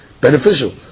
beneficial